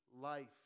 life